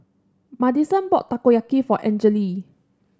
Madisen bought Takoyaki for Angele